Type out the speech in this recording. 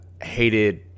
hated